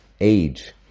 age